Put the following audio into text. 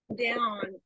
down